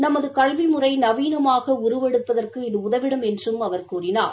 நமது கல்வி முறை நவீனமாக உருவெடுப்பதற்கு இது உதவிடும் என்றும் அவர் கூறினார்